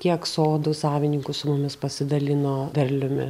kiek sodų savininkų su mumis pasidalino derliumi